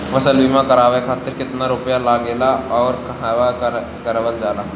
फसल बीमा करावे खातिर केतना रुपया लागेला अउर कहवा करावल जाला?